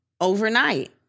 overnight